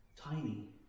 tiny